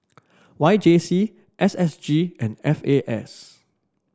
Y J C S S G and F A S